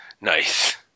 Nice